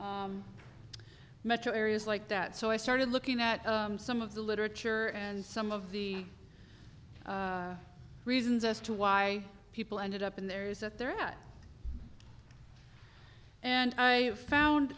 h metro areas like that so i started looking at some of the literature and some of the reasons as to why people ended up in there is that there had and i found